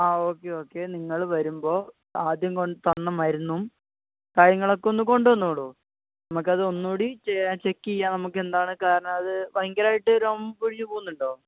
അ okay okay നിങ്ങൾ വരുമ്പോൾ ആദ്യം തന്ന മരുന്നും കാര്യങ്ങളൊക്കെ ഒന്ന് കൊണ്ടുവന്നോളു നമുക്ക് അത് ഒന്നുകൂടി ചെക്ക് ചെയ്യാം നമുക്ക് എന്താണ് കാരണം അത് ഭയങ്കരവായിട്ട് രോമം പൊഴിഞ്ഞു പോകുന്നുണ്ടോ